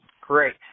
Great